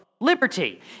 liberty